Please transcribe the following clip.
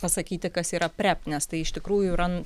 pasakyti kas yra prep nes tai iš tikrųjų yra